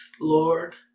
Lord